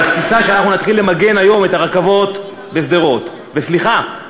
אבל התפיסה שאנחנו נתחיל למגן היום את הרכבות בשדרות וסליחה,